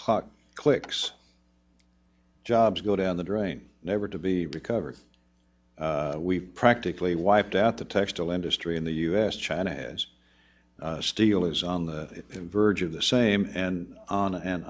clock clicks jobs go down the drain never to be recovered we've practically wiped out the textile industry in the us china has steel is on the verge of the same and on and